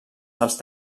dels